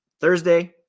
thursday